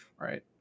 right